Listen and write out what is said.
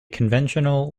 conventional